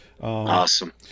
Awesome